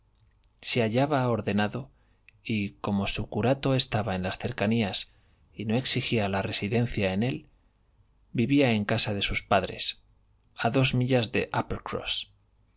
se hallaba ordenado y como su curato estaba en las cercanías y no exigía la residencia en él vivía en casa de sus padres a dos millas de